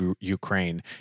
Ukraine